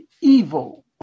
evil